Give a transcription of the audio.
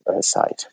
side